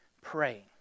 praying